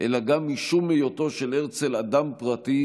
אלא גם משום היותו של הרצל אדם פרטי,